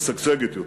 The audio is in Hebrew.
משגשגת יותר.